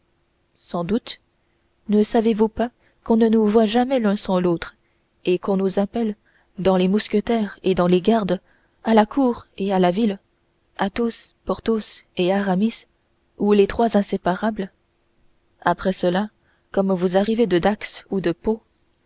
sans doute ne savez-vous pas qu'on ne nous voit jamais l'un sans l'autre et qu'on nous appelle dans les mousquetaires et dans les gardes à la cour et à la ville athos porthos et aramis ou les trois inséparables après cela comme vous arrivez de dax ou de pau